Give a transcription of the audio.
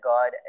God